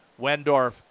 Wendorf